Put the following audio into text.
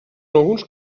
alguns